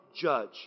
judge